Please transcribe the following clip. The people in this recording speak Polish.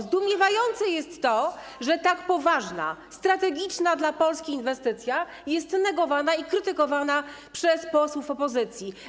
Zdumiewające jest to, że tak poważna, strategiczna dla Polski inwestycja jest negowana i krytykowana przez posłów opozycji.